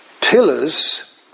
pillars